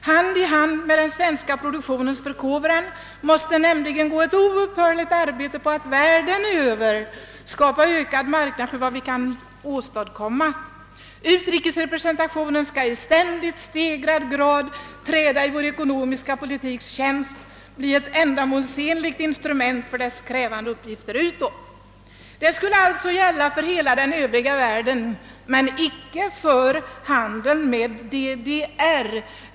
Hand i hand med den svenska produktionens förkovran måste nämligen gå ett oupphörligt arbete på att världen över skapa ökad marknad för vad vi hemma kan åstadkomma. Utrikesrepresentationen skall i ständigt stegrad grad träda i vår ekonomiska politiks tjänst, bli ett ändamålsenligt instrument för dess krävande uppgifter utåt.» Detta skulle alltså gälla för hela den övriga världen men inte för handeln med DDR.